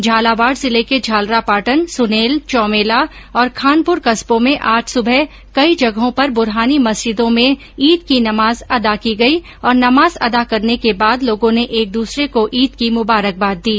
झालावाड़ जिले के झालारापाटन सुनेल चोमैला और खांनपुर कस्बो में आज सुबह कई जगहों पर बुरहानी मस्जिदों में ईद की नमाज अदा की गई और नमाज अदा करने के बाद लोगों ने एक दूसरे को ईद की मुबारकबाद दी